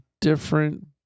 different